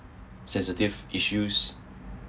sensitive issues